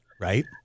right